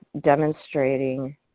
demonstrating